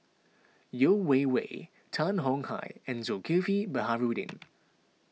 Yeo Wei Wei Tan Tong Hye and Zulkifli Baharudin